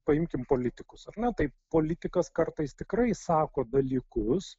paimkim politikus ar ne tai politikas kartais tikrai sako dalykus